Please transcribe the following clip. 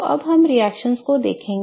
तो अब हम इस रिएक्शन को देखें